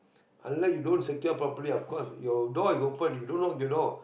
unless you don't secure properly of course your door is open you don't lock your door